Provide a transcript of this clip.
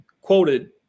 quoted